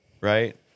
Right